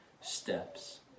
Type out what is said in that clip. steps